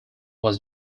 was